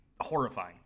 horrifying